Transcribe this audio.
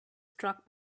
struck